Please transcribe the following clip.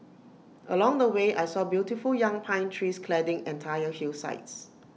along the way I saw beautiful young pine trees cladding entire hillsides